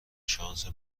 شانس